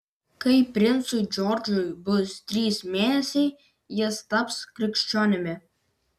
kai princui džordžui bus trys mėnesiai jis taps krikščionimi